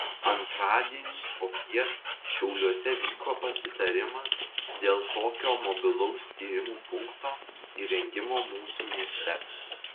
antradienį popiet šiauliuose vyko pasitarimas dėl tokio mobilaus tyrimų punkto įrengimo mūsų mieste